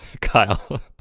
Kyle